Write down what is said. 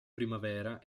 primavera